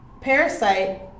Parasite